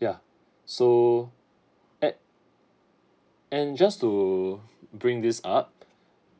yeah so add and just to bring this up